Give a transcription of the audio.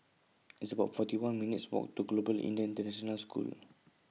It's about forty one minutes' Walk to Global Indian International School